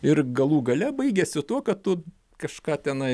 ir galų gale baigiasi tuo kad tu kažką tenai